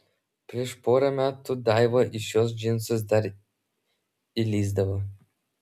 prieš porą metų daiva į šiuos džinsus dar įlįsdavo